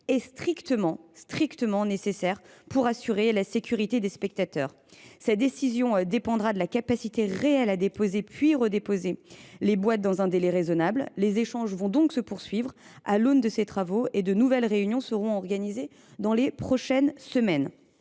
: strictement – nécessaire pour assurer la sécurité des spectateurs. Sa décision dépendra de la capacité réelle à déposer, puis reposer les boîtes dans un délai raisonnable. Les échanges vont se poursuivre à l’aune de ces travaux et de nouvelles réunions seront organisées dans les prochaines semaines.